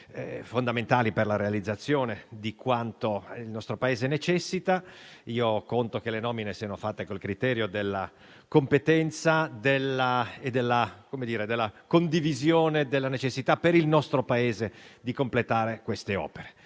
fondamentali per la realizzazione di quanto il nostro Paese necessita. Conto che tali nomine siano fatte con il criterio della competenza e della condivisione della necessità, per il nostro Paese, di completare queste opere,